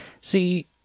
See